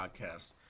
Podcast